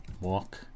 walk